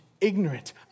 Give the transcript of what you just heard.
ignorant